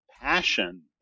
passion